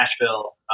Nashville